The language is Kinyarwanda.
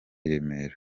remera